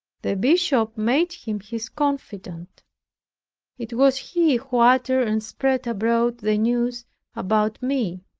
the bishop made him his confidant it was he who uttered and spread abroad the news about me.